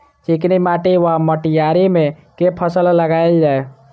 चिकनी माटि वा मटीयारी मे केँ फसल लगाएल जाए?